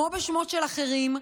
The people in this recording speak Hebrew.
כמו בשמות של אחרים,